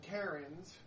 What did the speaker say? Karens